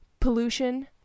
pollution